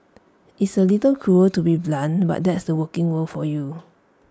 it's A little cruel to be blunt but that's the working world for you